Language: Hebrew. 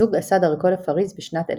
בעוד הוא